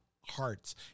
hearts